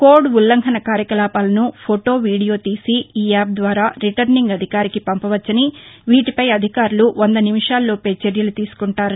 code ఉల్లంఘన కార్యకలాపాలను photo video తీసి ఈ యాప్ ద్వారా రిటర్నింగ్ అధికారికి పంపవచ్చని వీటిపై అధికారులు వంద నిమిషాల్లోపే చర్యలు తీసుకుంటారు